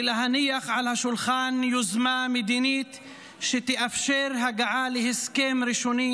ולהניח על השולחן יוזמה מדינית שתאפשר הגעה להסכם ראשוני